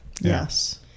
Yes